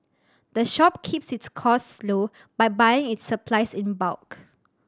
the shop keeps its costs low by buying its supplies in bulk